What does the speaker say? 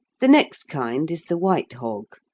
the next kind is the white hog,